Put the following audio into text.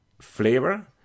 flavor